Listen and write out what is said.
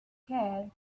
care